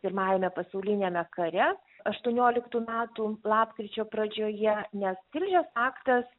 pirmajame pasauliniame kare aštuonioliktų metų lapkričio pradžioje nes tilžės aktas